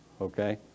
okay